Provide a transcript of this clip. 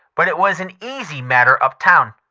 but it was an easy matter up town.